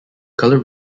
color